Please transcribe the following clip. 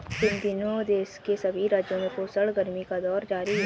इन दिनों देश के सभी राज्यों में भीषण गर्मी का दौर जारी है